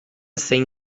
zein